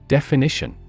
Definition